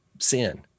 sin